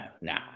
no